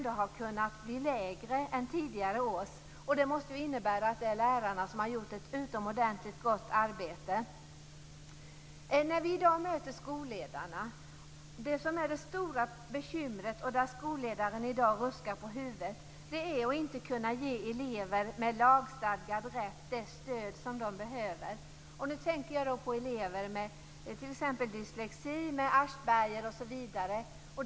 Det måste innebära att lärarna gjort ett utomordentligt gott arbete. Det som är bekymret i dag - och där ruskar skolledaren på huvudet - är att man inte kan ge elever med lagstadgad rätt det stöd som de behöver. Nu tänker jag på elever med t.ex. dyslexi eller Aspergers syndrom.